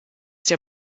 der